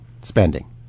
spending